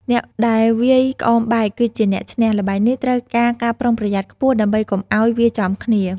អ្នកដែលវាយក្អមបែក គឺជាអ្នកឈ្នះ។ ល្បែងនេះត្រូវការការប្រុងប្រយ័ត្នខ្ពស់ ដើម្បីកុំឱ្យវាយចំគ្នា ។